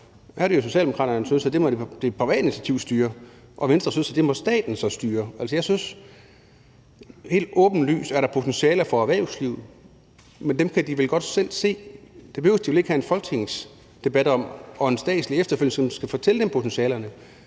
her er Socialdemokraterne, der synes, at det må det private initiativ styre, mens Venstre synes, at det må staten styre. Altså, jeg synes, at der helt åbenlyst er potentialer for erhvervslivet, men dem kan de vel godt selv se; det behøver der vel ikke være en folketingsdebat om og en statslig instans der efterfølgende skal fortælle dem om.